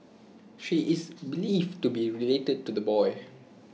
she is believed to be related to the boy